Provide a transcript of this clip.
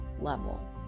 level